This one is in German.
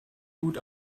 gut